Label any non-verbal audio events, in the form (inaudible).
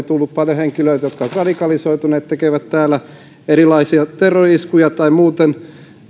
(unintelligible) tullut paljon henkilöitä jotka ovat radikalisoituneet tekevät täällä erilaisia terrori iskuja tai muuten